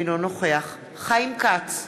אינו נוכח חיים כץ,